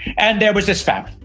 and there was this famine.